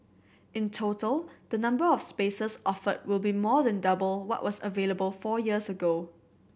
in total the number of spaces offered will be more than double what was available four years ago